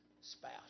Spouse